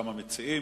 גם המציעים,